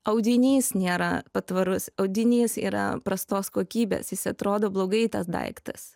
audinys nėra patvarus audinys yra prastos kokybės jis atrodo blogai tas daiktas